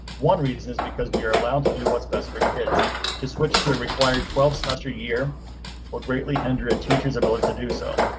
one reason is because we are allowed to do what's best for kids to switch to a required twelve semester year will greatly hendra teachers ability to do so.